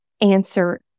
answer